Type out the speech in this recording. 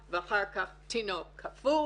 ואחר כך חלב מקורר ואחר כך חלב קפוא